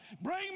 bring